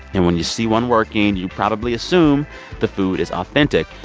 and when you see one working, you probably assume the food is authentic.